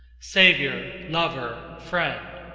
savior, lover, friend!